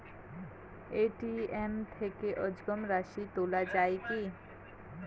ATM থেকে অযুগ্ম রাশি তোলা য়ায় কি?